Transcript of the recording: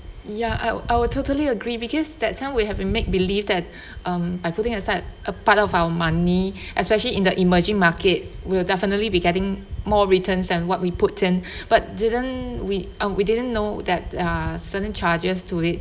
ya I will I will totally agree because that time we have a make-believe that um by putting aside a part of our money especially in the emerging markets will definitely be getting more returns and what we put in but didn't we uh we didn't know that uh certain charges to it